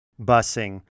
busing